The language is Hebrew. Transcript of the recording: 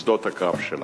והתייצבו בשדות הקרב שלה.